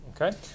Okay